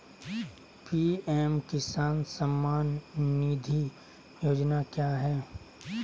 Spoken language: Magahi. पी.एम किसान सम्मान निधि योजना क्या है?